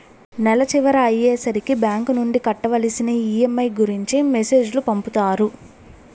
నెల చివర అయ్యే సరికి బ్యాంక్ నుండి కట్టవలసిన ఈ.ఎం.ఐ గురించి మెసేజ్ లు పంపుతారు